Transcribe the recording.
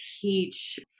teach